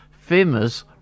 famous